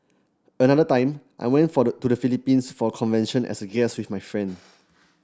another time I went for to the Philippines for a convention as a guest with my friend